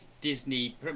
Disney